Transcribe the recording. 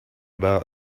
about